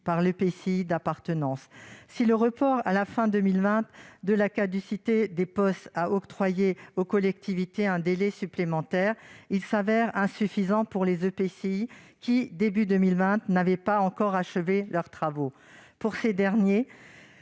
(EPCI) d'appartenance. Si le report à la fin de 2020 de la caducité des POS a octroyé aux collectivités territoriales un délai supplémentaire, il s'avère insuffisant pour les EPCI qui, au début de 2020, n'avaient pas encore achevé leurs travaux. Pour ceux-là,